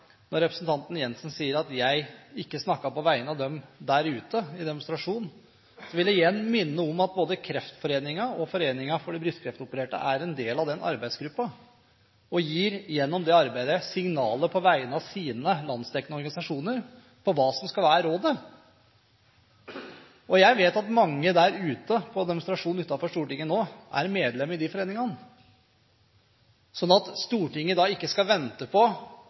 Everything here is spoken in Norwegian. Når representanten Jensen sier at jeg ikke snakket på vegne av dem der ute i demonstrasjonen, vil jeg igjen minne om at både Kreftforeningen og Foreningen for brystkreftopererte er en del av arbeidsgruppen og gjennom arbeidet der gir signaler på vegne av sine landsdekkende organisasjoner om hva som skal være rådet. Jeg vet at mange der ute – på demonstrasjonen utenfor Stortinget nå – er medlemmer i de foreningene. Så at Stortinget ikke skal vente på